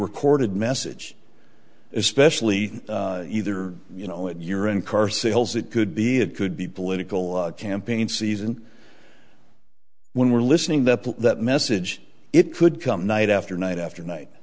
recorded message especially either you know it you're in car sales it could be it could be political campaign season when we're listening the that message it could come night after night after night